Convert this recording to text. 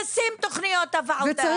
תשים תוכניות עבודה,